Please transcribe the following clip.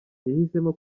yahisemo